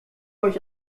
euch